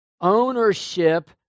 ownership